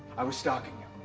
i was stalking you,